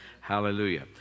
Hallelujah